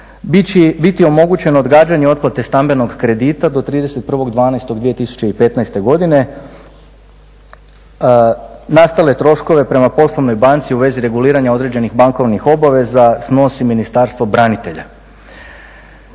biti omogućeno odgađanje otplate stambenog kredita do 31.12.2015. godine, nastale troškove prema poslovnoj banci u vezi reguliranja određenih bankovnih obveza snosi Ministarstvo branitelja.